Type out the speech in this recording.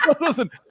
listen